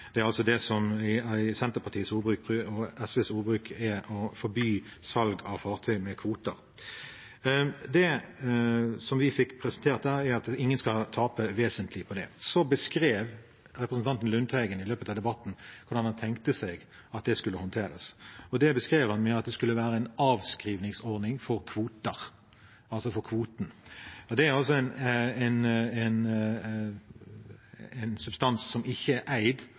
Det er altså det som med Senterpartiet og SVs ordbruk er å forby salg av fartøy med kvoter. Det vi fikk presentert der, er at ingen skal tape vesentlig på det. Så beskrev representanten Lundteigen i løpet av debatten hvordan han tenkte seg at det skulle håndteres, og det beskrev han slik at det skulle være en avskrivningsordning for kvoter, altså for kvoten. Det er en substans som ikke er eid